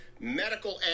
Medical